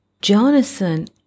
Jonathan